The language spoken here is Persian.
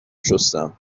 شستم